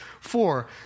Four